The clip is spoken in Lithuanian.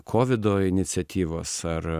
kovido iniciatyvos ar